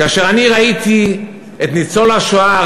כאשר אני ראיתי את ניצול השואה,